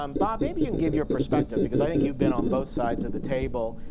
um bob, maybe you can give your perspective. because i think you've been on both sides of the table.